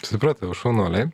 supratau šaunuoliai